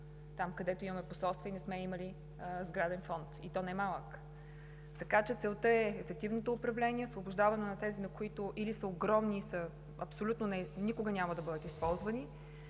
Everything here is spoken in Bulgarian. там, където имаме посолства, а не сме имали сграден фонд. Така че целта е ефективното управление, освобождаване на тези, които или са огромни и никога няма да бъдат използвани,